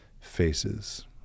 faces